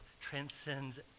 transcends